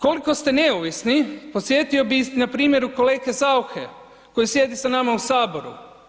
Koliko ste neovisni podsjetio bih na primjeru kolege Sauche koji sjedi s nama u Saboru.